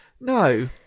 no